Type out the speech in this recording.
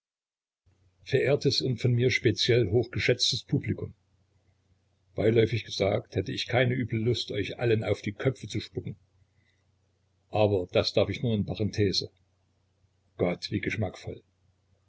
verehrtes und von mir speziell hochgeschätztes publikum beiläufig gesagt hätt ich keine üble lust euch allen auf die köpfe zu spucken aber das darf ich nur in parenthese gott wie geschmackvoll